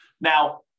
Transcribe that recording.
Now